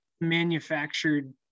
manufactured